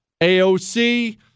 AOC